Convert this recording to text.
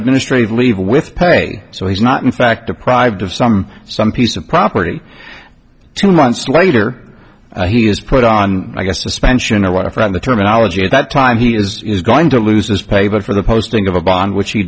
administrative leave with pay so he's not in fact deprived of some some piece of property two months later he is put on i guess suspension or whatever on the terminology at that time he is going to lose his pay but for the posting of a bond which he